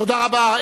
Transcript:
תודה רבה.